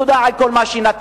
תודה על כל מה שנתת".